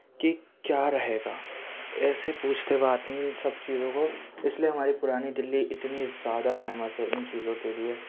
کہ کیا رہے گا ایسے پوچھتے ہوئے آتے ہیں ان سب چیزوں کو اسلئے ہماری پرانی دلی اتنی زیادہ فیمس ہے ان چیزوں کے لئے